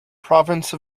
province